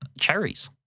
cherries